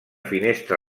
finestra